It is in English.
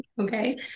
Okay